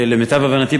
למיטב הבנתי,